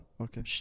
Okay